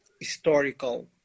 historical